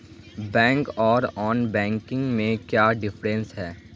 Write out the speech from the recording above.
Bank आर non banking में क्याँ डिफरेंस है?